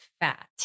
fat